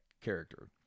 character